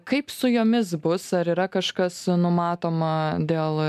kaip su jomis bus ar yra kažkas numatoma dėl